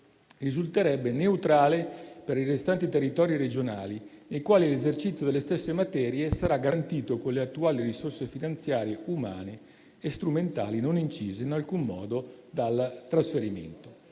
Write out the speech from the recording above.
risulterebbe neutrale per i restanti territori regionali, nei quali l'esercizio delle stesse materie sarà garantito con le attuali risorse finanziarie, umane e strumentali, non incise in alcun modo dal trasferimento.